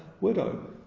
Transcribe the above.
widow